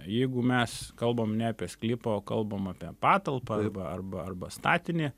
jeigu mes kalbam ne apie sklypą o kalbam apie patalpą arba arba arba statinį